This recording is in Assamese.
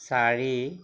চাৰি